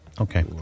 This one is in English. Okay